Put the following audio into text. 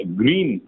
green